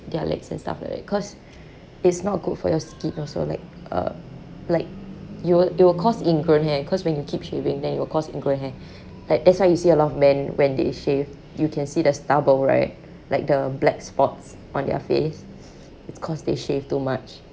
their legs and stuff like that cause it's not good for your skin also like uh like you will it will cause ingrown hair cause when you keep shaving then it will cause ingrown hair like that's why you see a lot of men when they shave you can see the stubble right like the black spots on their face it's cause they shave too much